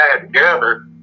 together